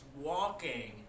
walking